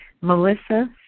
Melissa